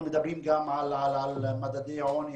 אנחנו מדברים גם על מדדי עוני,